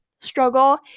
struggle